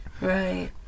Right